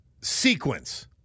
Sequence